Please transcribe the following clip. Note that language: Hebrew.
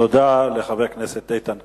תודה לחבר הכנסת איתן כבל.